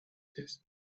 cohetes